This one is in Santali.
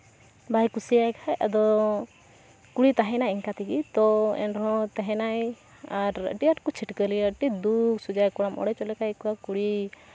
ᱵᱟᱭ ᱠᱩᱥᱤᱭᱟᱭ ᱠᱷᱟᱱ ᱟᱫᱚ ᱠᱩᱲᱤ ᱛᱟᱦᱮᱱᱟᱭ ᱤᱱᱠᱟᱹ ᱛᱮᱜᱮ ᱛᱚ ᱮᱱᱨᱮᱦᱚᱸ ᱛᱟᱦᱮᱸᱱᱟᱭ ᱟᱨ ᱟᱹᱰᱤ ᱟᱸᱴ ᱠᱚ ᱪᱷᱟᱹᱴᱠᱟᱹᱞᱮᱭᱟ ᱟᱹᱰᱤ ᱫᱩᱠ ᱥᱚᱡᱟ ᱠᱚᱲᱟᱢ ᱚᱲᱮᱡᱚᱜ ᱞᱮᱠᱟᱭ ᱟᱹᱭᱠᱟᱹᱣᱟ ᱠᱩᱲᱤ